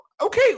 okay